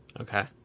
okay